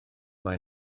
mae